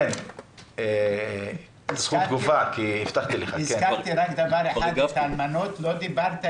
לא דיברתם על האלמנות.